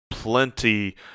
Plenty